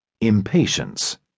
Impatience